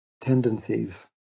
tendencies